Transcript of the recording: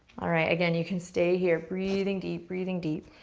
alright, again, you can stay here, breathing deep, breathing deep.